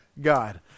God